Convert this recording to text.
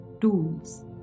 tools